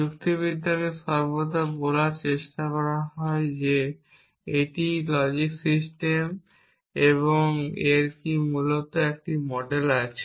যুক্তিবিদ্যাকে সর্বদা বলার চেষ্টা করা হয় যে এটিই লজিক সিস্টেম এবং এর কি মূলত একটি মডেল আছে